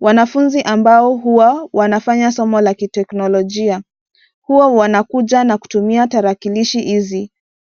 Wanafunzi ambao huwa wanafanya somo la kiteknolojia, huwa wanakuja na kutumia tarakilishi hizi.